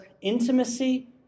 intimacy